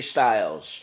Styles